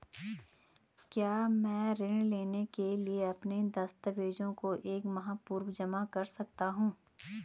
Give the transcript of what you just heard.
क्या मैं ऋण लेने के लिए अपने दस्तावेज़ों को एक माह पूर्व जमा कर सकता हूँ?